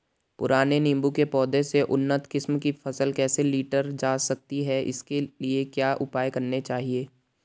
पुराने नीबूं के पौधें से उन्नत किस्म की फसल कैसे लीटर जा सकती है इसके लिए क्या उपाय करने चाहिए?